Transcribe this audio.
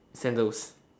sandals